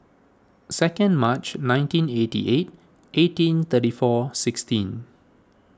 second March nineteen eighty eight eighteen thirty four sixteen